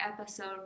episode